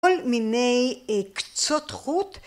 ‫כל מיני קצות חוט.